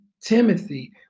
Timothy